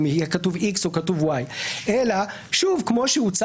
אם יהיה כתוב איקס או כתוב ואי אלא כמו שהוצע